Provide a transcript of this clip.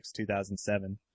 2007